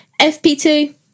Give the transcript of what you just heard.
FP2